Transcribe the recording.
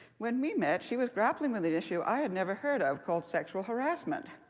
when we met, she was grappling with an issue i had never heard of called sexual harassment.